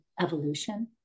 evolution